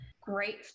Great